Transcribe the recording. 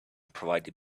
provided